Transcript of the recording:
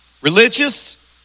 Religious